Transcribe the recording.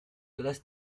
gelas